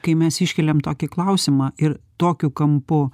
kai mes iškeliam tokį klausimą ir tokiu kampu